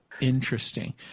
interesting